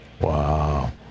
wow